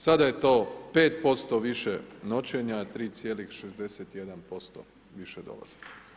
Sada je to 5% više noćenja, 3.61% više dolazaka.